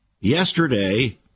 yesterday